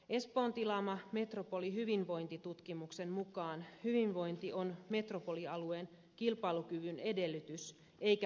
espoon tilaaman metropolin hyvinvointi tutkimuksen mukaan hyvinvointi on metropolialueen kilpailukyvyn edellytys eikä päinvastoin